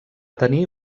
tenir